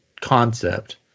concept